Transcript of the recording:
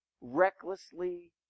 recklessly